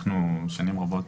אנחנו שנים רבות